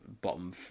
bottom